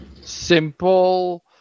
simple